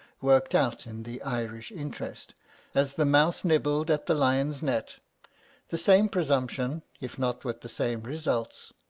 worked out in the irish interest as the mouse nibbled at the lion's net the same presumption, if not with the same results!